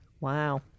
Wow